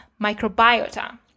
microbiota